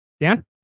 Dan